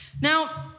Now